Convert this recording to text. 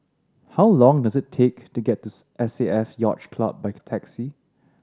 how long does it take to get to S A F Yacht Club by taxi